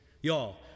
Y'all